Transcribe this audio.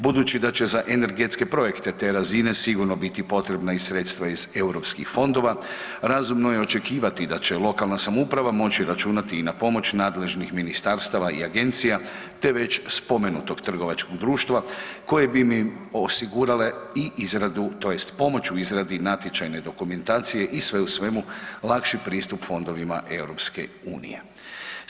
Budući da će za energetske projekte te razine sigurno biti potrebna i sredstva iz EU fondova, razumno je očekivati da će lokalna samouprava moći računati i na pomoć nadležnim ministarstava i agencija te već spomenutog trgovačkog društva, koje bi im osigurale i izradu tj. pomoć u izradi natječajne dokumentacije i sve u svemu lakši pristup fondovima Europske unije.